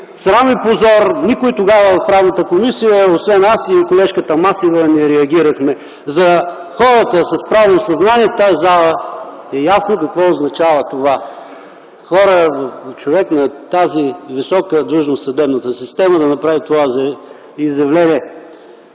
срам и позор! Никой тогава от Правната комисия освен аз и колежката Масева не реагирахме. За хората с правно съзнание в тази зала е ясно какво означава това - човек на тази висока длъжност в съдебната система да направи това изявление!